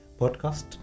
podcast